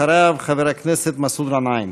אחריו, חבר הכנסת מסעוד גנאים.